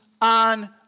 on